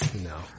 No